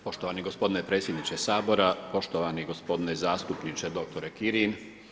Poštovani gospodine predsjedniče Sabora, poštovani gospodine zastupniče doktore Kirin.